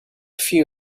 few